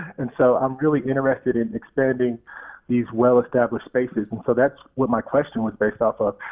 and so i'm really interested in expanding these well established spaces, and so that's what my question was based off of,